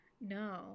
No